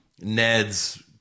Ned's